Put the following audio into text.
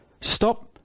Stop